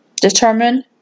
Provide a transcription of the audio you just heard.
Determine